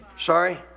Sorry